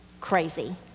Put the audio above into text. crazy